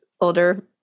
older